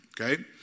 Okay